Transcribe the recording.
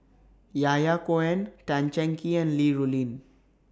Yahya Cohen Tan Cheng Kee and Li Rulin